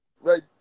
right